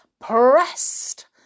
pressed